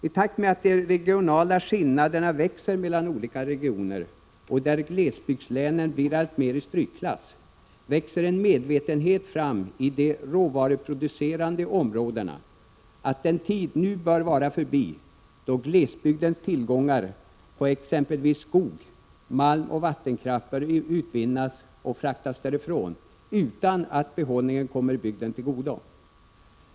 I takt med att de regionala skillnaderna växer mellan olika regioner, där glesbygdslänen kommer alltmer i strykklass, växer en medvetenhet fram i de råvaruproducerande områdena om att den tid nu bör vara förbi då glesbygdernas tillgångar på exempelvis skog, malm och vattenkraft bara utvinns och fraktas därifrån utan att behållningen kommer bygden till godo.